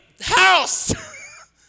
house